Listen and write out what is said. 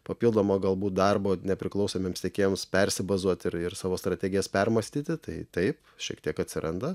papildomo galbūt darbo nepriklausomiems tiekėjams persibazuoti ir ir savo strategijas permąstyti tai taip šiek tiek atsiranda